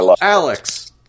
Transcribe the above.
Alex